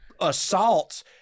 assaults